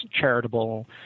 charitable